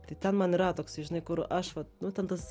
tai ten man yra toksai žinai kur aš va nu ten tas